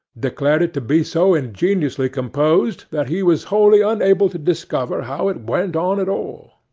declared it to be so ingeniously composed, that he was wholly unable to discover how it went on at all.